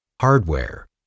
hardware